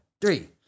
three